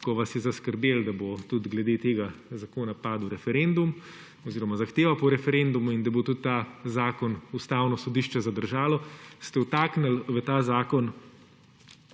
ko vas je zaskrbelo, da bo tudi glede tega zakona padel referendum oziroma zahteva po referendumu in da bo tudi ta zakon Ustavno sodišče zadržalo, vtaknili v ta zakon